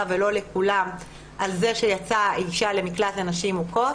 ולא לכולם על זה שיצאה אישה למקלט לנשים מוכות,